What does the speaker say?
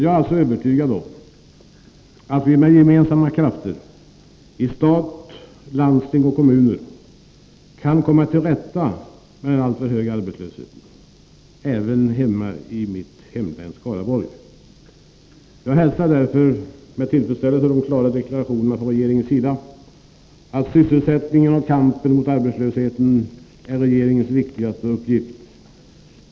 Jag är övertygad om att vi med gemensamma krafter i stat, kommuner och landsting kan komma till rätta med den alltför höga arbetslösheten — även den hemma i Skaraborgs län. Jag hälsar därför med tillfredsställelse de klara deklarationerna från regeringen att sysselsättningen och kampen mot arbetslösheten är regeringens viktigaste uppgift.